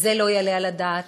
זה לא יעלה על הדעת.